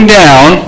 down